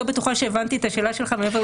בטוחה שהבנתי את השאלה שלך.